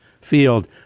field